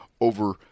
over